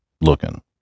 looking